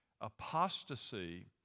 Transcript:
apostasy